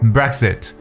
Brexit